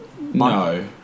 No